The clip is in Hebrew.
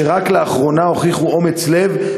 שרק לאחרונה הוכיחו אומץ לב,